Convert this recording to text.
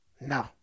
No